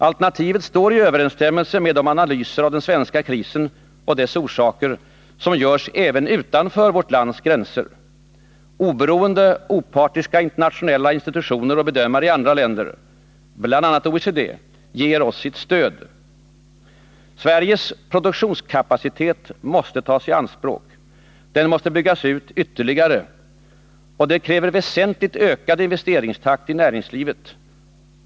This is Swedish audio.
Det står i överensstämmelse med de analyser av den svenska krisen och dess orsaker som görs även utanför våra gränser. Oberoende, opartiska internationella institutioner och bedömare i andra länder — bl.a. i OECD =— ger oss sitt stöd. Sveriges produktionskapacitet måste tas i anspråk. Den måste byggas ut ytterligare. Detta kräver väsentligt ökad investeringstakt i näringslivet.